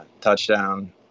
touchdown